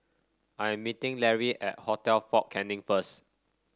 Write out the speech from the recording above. I am meeting Lary at Hotel Fort Canning first